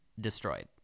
destroyed